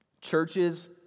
Churches